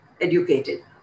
educated